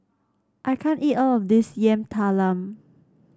I can't eat all of this Yam Talam